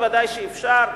ודאי שאפשר.